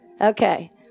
Okay